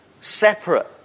separate